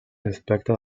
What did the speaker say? respecte